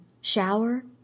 shower